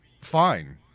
fine